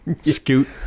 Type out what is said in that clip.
scoot